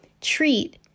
treat